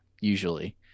usually